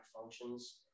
functions